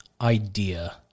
idea